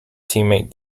teammate